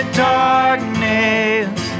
darkness